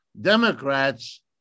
Democrats